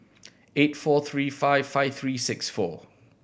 eight four three five five three six four